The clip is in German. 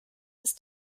ist